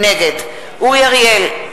נגד אורי אריאל,